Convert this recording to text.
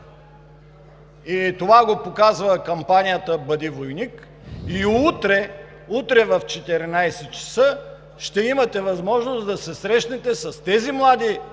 Това го показва кампанията „Бъди войник!“ и утре в 14,00 ч. ще имате възможност да се срещнете с тези млади,